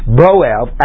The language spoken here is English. boel